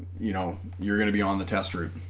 you know you're gonna be on the test route